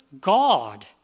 God